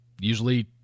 usually